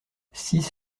six